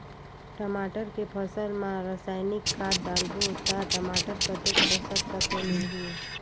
टमाटर के फसल मा रसायनिक खाद डालबो ता टमाटर कतेक पोषक तत्व मिलही?